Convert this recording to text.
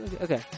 Okay